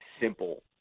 simple